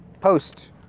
Post